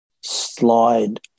slide